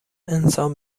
انسان